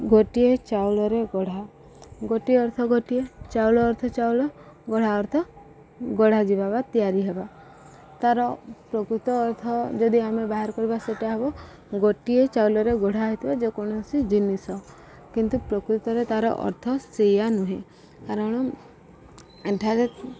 ଗୋଟିଏ ଚାଉଳରେ ଗଢ଼ା ଗୋଟିଏ ଅର୍ଥ ଗୋଟିଏ ଚାଉଳ ଅର୍ଥ ଚାଉଳ ଗଢ଼ା ଅର୍ଥ ଗଢ଼ା ଯିବା ବା ତିଆରି ହେବା ତା'ର ପ୍ରକୃତ ଅର୍ଥ ଯଦି ଆମେ ବାହାର କରିବା ସେଟା ହବ ଗୋଟିଏ ଚାଉଳରେ ଗଢ଼ା ହେଇଥିବା ଯେକୌଣସି ଜିନିଷ କିନ୍ତୁ ପ୍ରକୃତରେ ତାର ଅର୍ଥ ସଇଆ ନୁହେଁ କାରଣ ଏଠାରେ